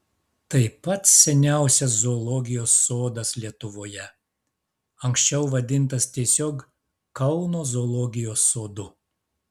tai pats seniausias zoologijos sodas lietuvoje anksčiau vadintas tiesiog kauno zoologijos sodu